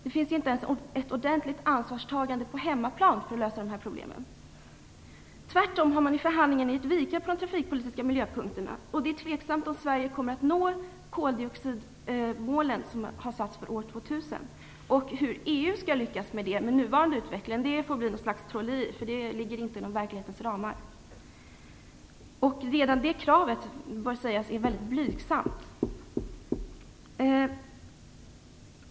Det finns inte ens ett ordentligt ansvarstagande på hemmaplan för att lösa de här problemen. Tvärtom har man i förhandlingen givit vika på de trafikpolitiska miljöpunkterna, och det är tveksamt om Sverige kommer att nå de koldioxidmål som har satts upp för år 2000. Hur EU skall lyckas med det med nuvarande utveckling får bli något slags trolleri - det ligger inte inom verklighetens ramar. Och redan det kravet är väldigt blygsamt - det bör också sägas.